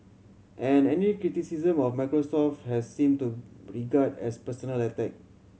and any criticism of Microsoft has seemed to regard as personal attack